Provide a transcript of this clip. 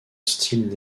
style